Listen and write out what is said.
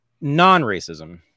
non-racism